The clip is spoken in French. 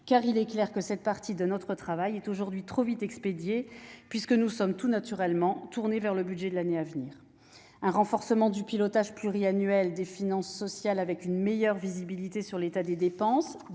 Il est clair que cette partie de notre travail est aujourd'hui trop vite expédiée puisque nous sommes tout naturellement tournés vers le budget de l'année à venir. Je pense par ailleurs au renforcement du pilotage pluriannuel des finances sociales, qui offrira une meilleure visibilité sur l'état des dépenses,